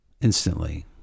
instantly